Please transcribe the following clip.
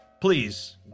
Please